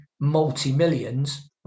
multi-millions